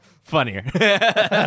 funnier